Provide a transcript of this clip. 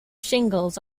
shingles